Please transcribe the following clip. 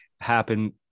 happen